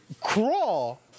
Crawl